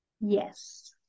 Yes